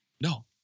No